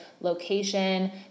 location